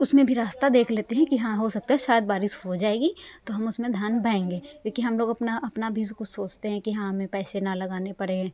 उस उसमें भी रास्ता देख लेते हैं कि हाँ हो सकता है शायद बारिश हो जाएगी तो हम उसमें धान बएंगे क्योंकि हम लोग अपना अपना बीज को सोचते हैं कि हाँ हमें पैसे न लगाने पड़े